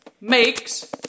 makes